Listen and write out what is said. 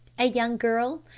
a young girl,